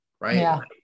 Right